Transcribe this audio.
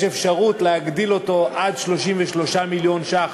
יש אפשרות להגדיל אותו עד 33 מיליון ש"ח